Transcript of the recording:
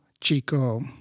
Chico